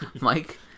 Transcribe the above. Mike